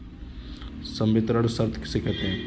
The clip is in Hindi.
संवितरण शर्त किसे कहते हैं?